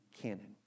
canon